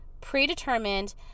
Predetermined